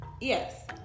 Yes